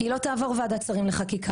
כי היא לא תעבור ועדת שרים לחקיקה.